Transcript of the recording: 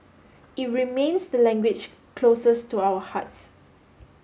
it remains the language closest to our hearts